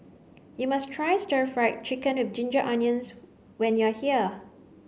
you must try stir fried chicken of ginger onions when you are here